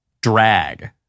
drag